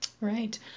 Right